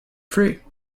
free